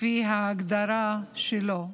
לפי ההגדרה שלו.